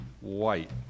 White